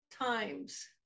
times